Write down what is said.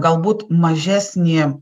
galbūt mažesnį